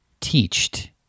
teached